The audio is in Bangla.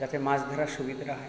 যাতে মাছ ধরার সুবিধেটা হয়